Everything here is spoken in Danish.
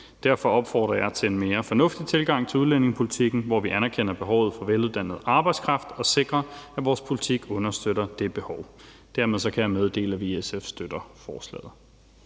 Derfor opfordrer jeg til en mere fornuftig tilgang til udlændingepolitikken, hvor vi anerkender behovet for veluddannet arbejdskraft og sikrer, at vores politik understøtter det behov. Dermed kan jeg meddele, at vi i SF støtter forslaget.